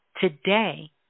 today